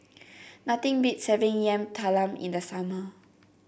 nothing beats having Yam Talam in the summer